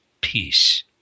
peace